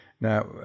Now